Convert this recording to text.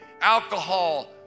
Alcohol